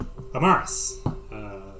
Amaris